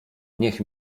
niech